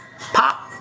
pop